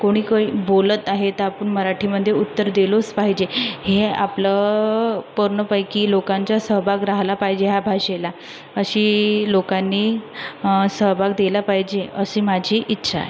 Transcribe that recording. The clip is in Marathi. कोणी कोणी बोलत आहे तर आपण मराठीमध्ये उत्तर दिलोच पाहिजे हे आपलं पूर्णपैकी लोकांचा सहभाग राहिला पाहिजे या भाषेला अशी लोकांनी सहभाग दिला पाहिजे अशी माझी इच्छा आहे